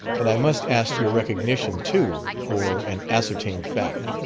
and i must ask your recognition too for an ascertained fact.